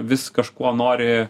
vis kažko nori